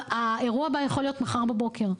והאירוע הבא יכול להיות מחר בבוקר.